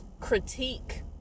critique